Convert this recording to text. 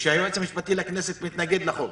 כאשר היועץ המשפטי לכנסת מתנגד לחוק.